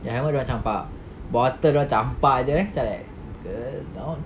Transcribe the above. helmet dorang campak bottle dorang campak jer eh macam like